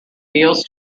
deals